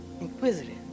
inquisitive